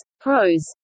Pros